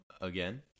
Again